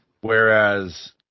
Whereas